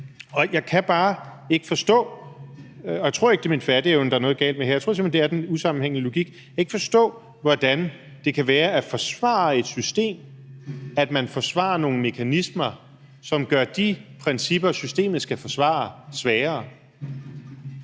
Og jeg kan bare ikke forstå – og jeg tror ikke, det er min fatteevne, der er noget galt med her, jeg tror simpelt hen, det skyldes den usammenhængende logik – hvordan det kan være at forsvare et system, at man forsvarer nogle mekanismer, som gør de principper, systemet skal forsvare, svagere.